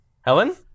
Helen